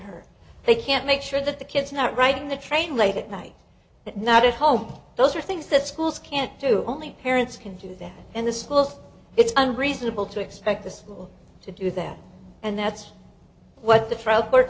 her they can't make sure that the kid's not right in the train late at night but not at home those are things that schools can't do only parents can do that and the schools it's unreasonable to expect the school to do that and that's what the trial